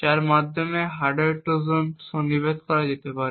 যার মাধ্যমে hardware trojan সন্নিবেশ করা যেতে পারে